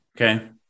okay